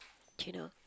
train off